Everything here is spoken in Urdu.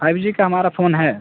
فائیو جی کا ہمارا فون ہے